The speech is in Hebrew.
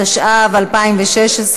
התשע"ו 2016,